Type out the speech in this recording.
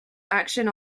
action